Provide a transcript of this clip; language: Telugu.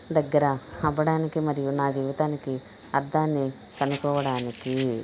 దగ్గర అవ్వడానికి మరియు నా జీవితానికి అర్థాన్ని కనుక్కోవడానికి